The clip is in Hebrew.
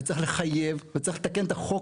צריך לחייב וצריך לתקן את החוק,